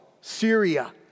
Syria